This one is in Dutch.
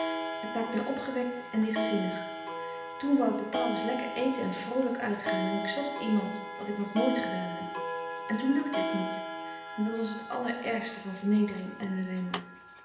het maakt mij opgewekt en lichtzinnig toen wou ik bepaald eens lekker eten en vroolijk uitgaan en ik zocht iemand wat ik nog nooit gedaan heb en toen lukte het niet en dat was t allerergste van vernedering en ellende